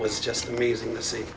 was just amazing to see